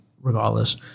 regardless